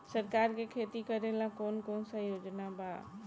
सरकार के खेती करेला कौन कौनसा योजना बा?